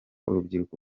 urubyiruko